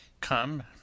come